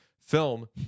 film